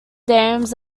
dams